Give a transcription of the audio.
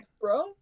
bro